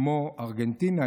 כמו ארגנטינה,